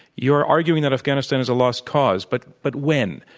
you are arguing that afghanistan is a lost cause, but but when,